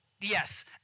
yes